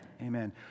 Amen